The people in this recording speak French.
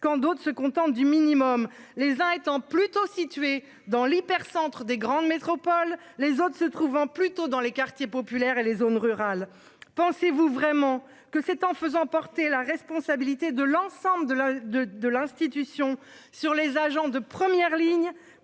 quand d'autres se contentent du minimum, les uns étant plutôt. Dans l'hypercentre des grandes métropoles, les autres se trouvant plutôt dans les quartiers populaires et les zones rurales. Pensez-vous vraiment que c'est en faisant porter la responsabilité de l'ensemble de la de de l'institution sur les agents de première ligne